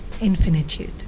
infinitude